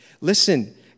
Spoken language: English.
listen